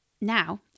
now